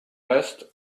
best